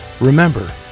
Remember